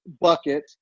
bucket